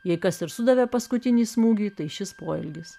jai kas ir sudavė paskutinį smūgį tai šis poelgis